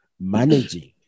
managing